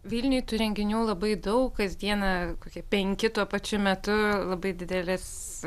vilniuj tų renginių labai daug kasdieną kokie penki tuo pačiu metu labai didelis